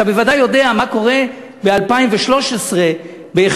אתה בוודאי יודע מה קורה ב-2013 בהיכלי